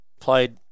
played